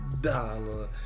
dollar